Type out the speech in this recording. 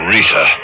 Rita